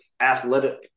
athletic